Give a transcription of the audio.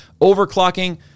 overclocking